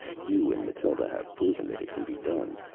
you and mathild have proven that it can be done.